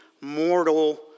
mortal